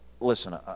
listen